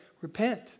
Repent